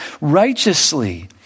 righteously